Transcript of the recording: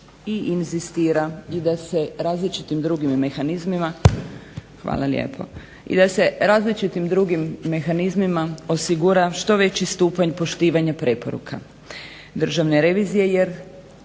i da se različitim drugim mehanizmima osigura što veći stupanj poštivanja preporuka Državne revizije jer